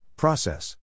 Process